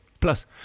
Plus